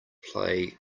play